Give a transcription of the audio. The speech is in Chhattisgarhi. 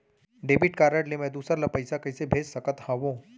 डेबिट कारड ले मैं दूसर ला पइसा कइसे भेज सकत हओं?